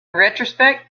retrospect